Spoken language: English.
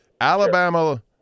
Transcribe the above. Alabama